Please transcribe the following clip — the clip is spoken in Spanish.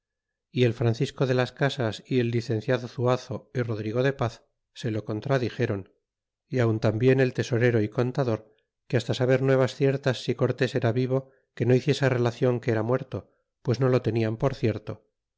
y el francisco de las casas y el licenciado zuazo y rodrigo de paz se lo con tradixéron y aun tambien el tesorero y contador que hasta saber nuevas ciertas si cortés era vivo que no hiciese relacion que era muerto pues no lo tenian por cierto